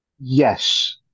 Yes